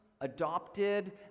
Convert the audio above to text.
adopted